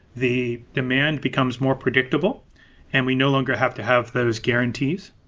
the demand becomes more predictable and we no longer have to have those guarantees.